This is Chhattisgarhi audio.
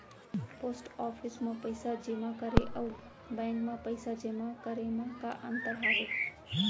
पोस्ट ऑफिस मा पइसा जेमा करे अऊ बैंक मा पइसा जेमा करे मा का अंतर हावे